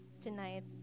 tonight